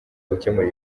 gukemura